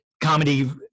comedy